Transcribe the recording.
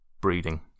breeding